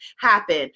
happen